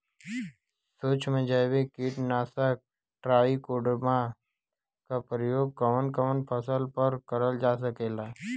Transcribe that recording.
सुक्ष्म जैविक कीट नाशक ट्राइकोडर्मा क प्रयोग कवन कवन फसल पर करल जा सकेला?